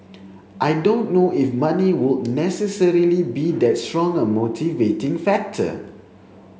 I don't know if money would necessarily be that strong a motivating factor